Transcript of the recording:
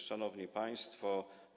Szanowni Państwo!